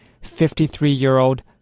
53-year-old